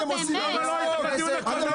אתם עושים צחוק --- תתביישו לכם.